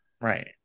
Right